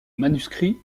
manuscrit